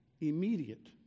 immediate